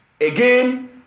Again